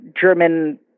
German